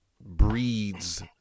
breeds